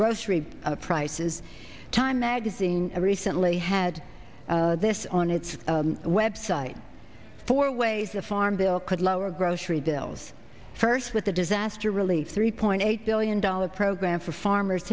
grocery prices time magazine recently had this on its website for ways the farm bill could lower grocery bills first with the disaster relief three point eight billion dollars program for farmers